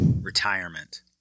retirement